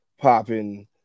popping